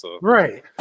Right